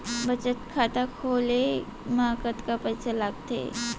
बचत खाता खोले मा कतका पइसा लागथे?